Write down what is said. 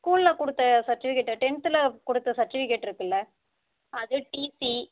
ஸ்கூலில் கொடுத்த சர்டிஃபிகேட்டை டென்த்தில் கொடுத்த சர்டிஃபிகேட் இருக்குஇல்ல அது டிசி